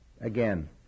Again